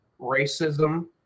racism